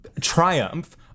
triumph